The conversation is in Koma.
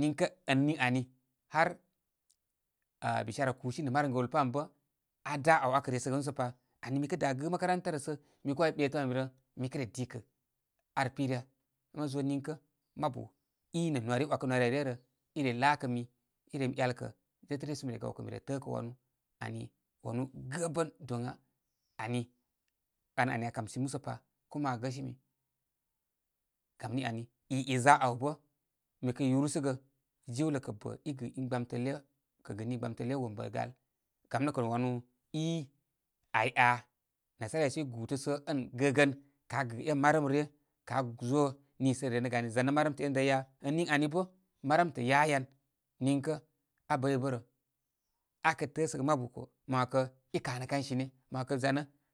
Niŋkə' ən niŋ ani har ā bishara kusini nə' marəm gəwlə pām bə aa dā āw akə resəgə musə pa. Ani mi kə dā gɨ, makaranta rə sə mi kə 'way ɓetəm ami rə, mi kə' re dikə ar pirəya? Me zo niŋkə mabu i nə' nware i 'waykə nware ai re rə i re laakə mi i remi 'yalkə tetə'ryə sə mi re gawkə' mi re tə'ə' kə' wanu. ani wanu gəbən doŋa. Ani wan ani aa kamsimi musə pa, kuma aa gəsimi. Gam niomi i, i za āw bə' mi kəy yurəsə jiwlə kə' bə' i gɨ in gbamtə lə, kə' gɨni in gbamtəl le wombəl gal ham nə kə' nə' wanu i ai aa, nasarai sə i gutə sə ən gəgən kā gɨ ēn marəm ryə, ka zo niisə re renəgə ani zanə' marəmtə' enə da ya. Niŋani bə' marəmtə yayan. Niŋkə abəy bə' bərə aa kə tə'ə' səgə mabu mo 'wakə i kanə kan sine. Mo 'wakə zanə.